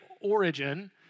origin